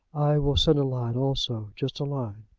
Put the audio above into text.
i will send a line also just a line.